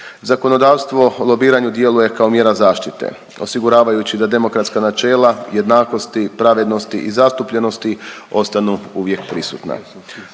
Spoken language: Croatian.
Zakonodavstvo o lobiranju djeluje kao mjera zaštite osiguravajući da demokratska načela jednakosti, pravednosti i zastupljenosti ostanu uvijek prisutna.